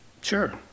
Sure